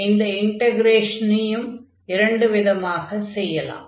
இந்த இன்டக்ரேஷனையும் இரண்டு விதமாக செய்யலாம்